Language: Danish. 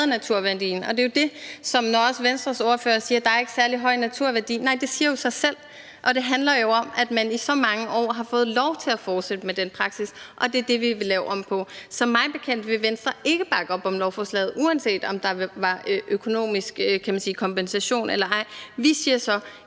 naturværdien. Venstres ordfører siger også, at der ikke er en særlig høj naturværdi. Nej, det siger jo sig selv, og det handler om, at man i så mange år har fået lov til at fortsætte med den praksis, og der er det, vi vil lave om på. Så mig bekendt vil Venstre ikke bakke op om lovforslaget, uanset om der var økonomisk kompensation eller ej. Vi siger så,